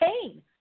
pain